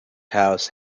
house